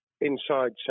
inside